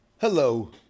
Hello